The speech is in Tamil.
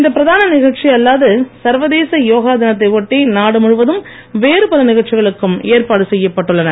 இந்த பிரதான நிகழ்ச்சி அல்லாது சர்வதேச யோகா தினத்தை ஒட்டி நாடு முழுவதும் வேறு பல நிகழ்ச்சிகளுக்கும் ஏற்பாடு செய்யப்பட்டு உள்ளன